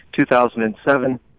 2007